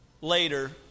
Later